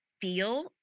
feel